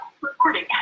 recording